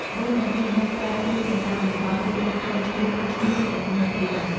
ក្បួនទាំងនេះអាចប្រែប្រួលទៅតាមតំបន់ ឬការព្រមព្រៀងគ្នារបស់អ្នកលេង។